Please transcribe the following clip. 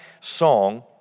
song